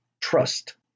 trust